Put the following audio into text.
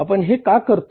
आपण हे का करतो